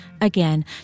Again